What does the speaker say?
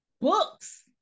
books